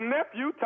Nephew